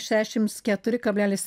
šešims keturi kablelis